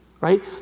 right